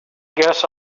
guess